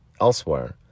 elsewhere